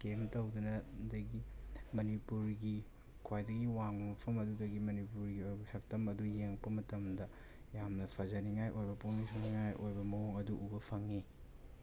ꯀꯦꯝ ꯇꯧꯗꯨꯅ ꯑꯗꯒꯤ ꯃꯅꯤꯄꯨꯔꯒꯤ ꯈ꯭ꯋꯥꯏꯗꯒꯤ ꯋꯥꯡꯕ ꯃꯐꯝ ꯑꯗꯨꯗꯒꯤ ꯃꯅꯤꯄꯨꯔꯒꯤ ꯑꯣꯏꯕ ꯁꯛꯇꯝ ꯑꯗꯨ ꯌꯦꯡꯂꯛꯄ ꯃꯇꯝꯗ ꯌꯥꯝꯅ ꯐꯖꯅꯤꯡꯉꯥꯏ ꯑꯣꯏꯕ ꯄꯨꯛꯅꯤꯡ ꯁꯨꯝꯍꯠꯅꯤꯡꯉꯥꯏ ꯑꯣꯏꯕ ꯃꯑꯣꯡ ꯑꯗꯨ ꯎꯕ ꯐꯪꯏ